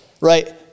right